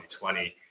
2020